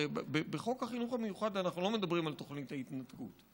הרי בחוק החינוך המיוחד אנחנו לא מדברים על תוכנית התנתקות,